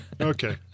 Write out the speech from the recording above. okay